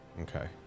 Okay